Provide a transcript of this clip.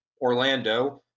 Orlando